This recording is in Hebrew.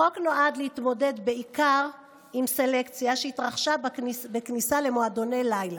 החוק נועד להתמודד בעיקר עם סלקציה שהתרחשה בכניסה למועדוני לילה.